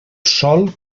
sol